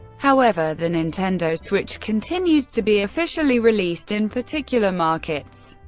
however, the nintendo switch continues to be officially released in particular markets,